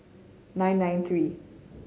nine nine three